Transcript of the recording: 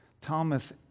Thomas